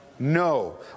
No